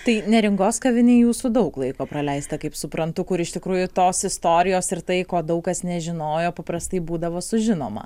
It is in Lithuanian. tai neringos kavinėj jūsų daug laiko praleista kaip suprantu kur iš tikrųjų tos istorijos ir tai ko daug kas nežinojo paprastai būdavo sužinoma